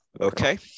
Okay